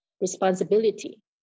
responsibility